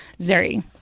Zuri